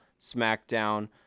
SmackDown